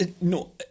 no